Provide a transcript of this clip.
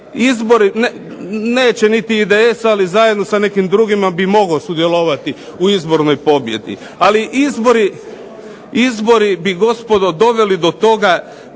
izbore, neće niti IDS ali zajedno sa nekim drugim bi mogao sudjelovati u izbornoj pobjedi. Ali izbori bi gospodo doveli do toga